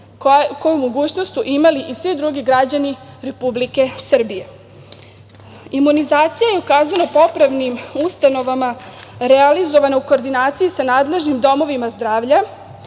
koju mogućnost su imali i svi drugi građani Republike Srbije. Imunizacija je u kazneno-popravnim ustanovama realizovana u koordinaciji sa nadležnim domovima zdravlja,